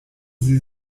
sie